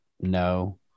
No